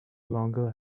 longer